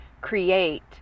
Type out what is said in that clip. create